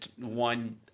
one –